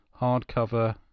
Hardcover